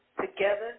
together